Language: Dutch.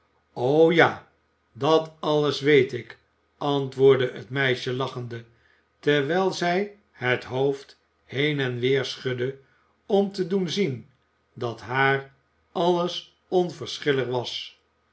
ja dat alles weet ik antwoordde het meisje lachende terwijl zij het hoofd heen en weer schudde om te doen zien dat haar alles onverschillig was